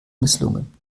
misslungen